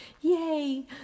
yay